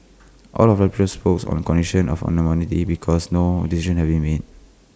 all of the spoke on condition of anonymity because no decision has been made